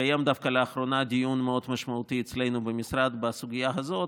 לאחרונה התקיים דיון מאוד משמעותי אצלנו במשרד בסוגיה הזאת,